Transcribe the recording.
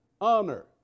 honor